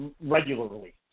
regularly